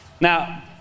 Now